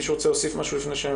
מישהו רוצה להוסיף משהו?